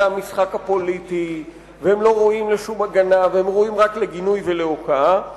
המשחק הפוליטי והם לא ראויים לשום הגנה והם ראויים רק לגינוי ולהוקעה,